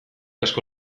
asko